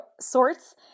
sorts